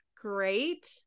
great